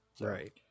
Right